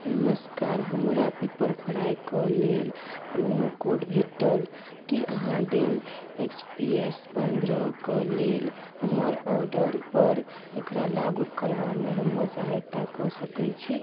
नमस्कार हमरा पियरफ्राइ कऽ लेल प्रोमो कोड भेटल की अहाँ डेल एक्स पी एस पन्द्रहके लेल हमर ऑर्डर पर एकरा लागू करबामे हमर सहायता कऽ सकैत छी